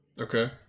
Okay